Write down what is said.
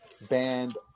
banned